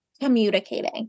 communicating